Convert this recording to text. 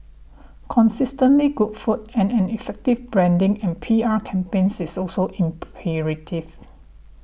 consistently good food and an effective branding and P R campaigns is also imperative